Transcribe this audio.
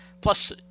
Plus